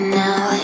now